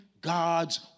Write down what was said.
God's